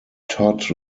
todd